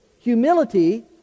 humility